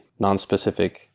nonspecific